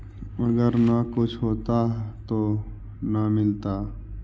अगर न कुछ होता तो न मिलता?